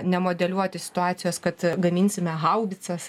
nemodeliuoti situacijos kad gaminsime haubicas